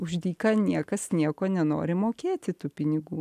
už dyka niekas nieko nenori mokėti tų pinigų